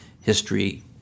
history